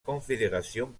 confédération